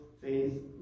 faith